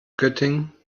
göttingen